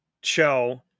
show